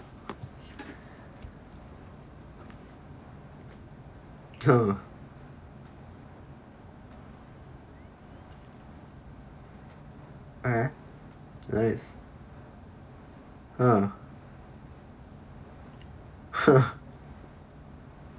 (uh huh) nice ah